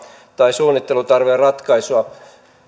tai suunnittelutarveratkaisua me